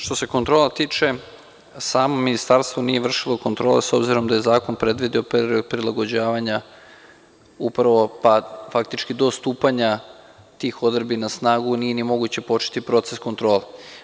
Što se kontrola tiče samo Ministarstvo nije vršilo kontrole, s obzirom da je Zakon predvideo period prilagođavanja, upravo faktički do stupanja tih odredbi na snagu, nije ni moguće početi proces kontrole.